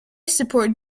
support